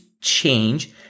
change